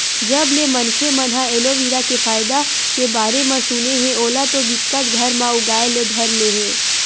जब ले मनखे मन ह एलोवेरा के फायदा के बारे म सुने हे ओला तो बिकट घर म उगाय ले धर ले हे